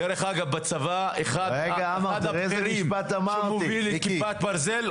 דרך אגב בצבא אחד הבכירים שמובילים את כיפת ברזל,